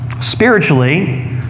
spiritually